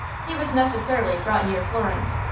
he was necessarily brought near florence,